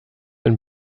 ein